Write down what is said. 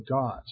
God